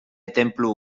tenplu